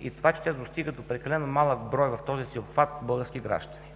и това, че тя достига до прекалено малък брой в този си обхват българския граждани.